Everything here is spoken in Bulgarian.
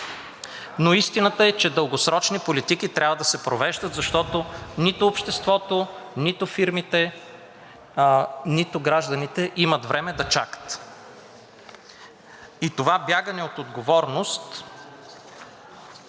Истината е, че дългосрочни политики трябва да се провеждат, защото нито обществото, нито фирмите, нито гражданите имат време да чакат и това бягане от отговорност